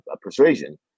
persuasion